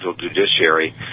judiciary